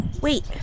Wait